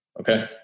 Okay